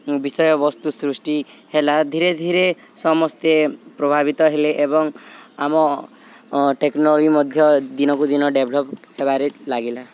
ବିଷୟବସ୍ତୁ ସୃଷ୍ଟି ହେଲା ଧୀରେ ଧୀରେ ସମସ୍ତେ ପ୍ରଭାବିତ ହେଲେ ଏବଂ ଆମ ଟେକ୍ନୋଲୋଜି ମଧ୍ୟ ଦିନକୁ ଦିନ ଡେଭ୍ଲପ୍ ହେବାରେ ଲାଗିଲା